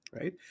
right